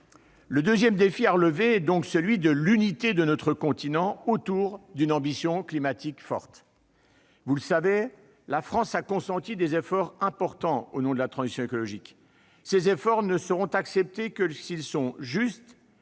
Le deuxième défi à relever est donc celui de l'unité de notre continent, autour d'une ambition climatique forte. Vous le savez, la France a consenti des efforts importants au nom de la transition écologique. Ces efforts ne seront acceptés que s'ils sont justes